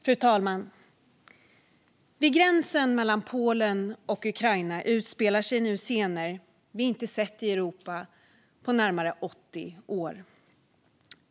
Fru talman! Vid gränsen mellan Polen och Ukraina utspelar sig nu scener vi inte har sett i Europa på närmare 80 år.